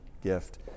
gift